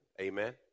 Amen